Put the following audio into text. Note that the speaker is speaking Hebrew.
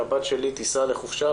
שהבת שלי תיסע לחופשה,